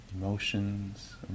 emotions